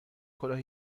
کلاه